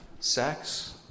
Sex